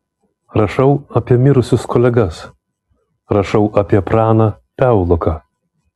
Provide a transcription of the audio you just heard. rašau apie mirusius kolegas rašau apie praną piauloką